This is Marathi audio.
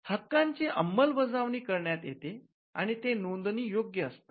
हक्कांची अंमलबजावणी करण्यात येते आणि ते नोंदणी योग्य असतात